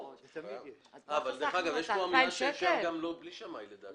יש פה אמירה שאפשר גם בלי שמאי, לדעתי.